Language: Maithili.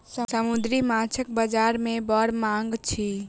समुद्री माँछक बजार में बड़ मांग अछि